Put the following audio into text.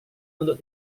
untuk